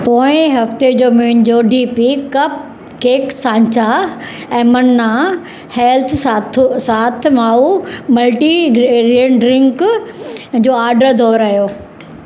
पोएं हफ़्ते जो मुंहिंजो डी पी कप केक सांचा ऐं मन्ना हेल्थ साथू साथ मावु मल्टीग्रैन ड्रिंक जो ऑडर दुहिरायो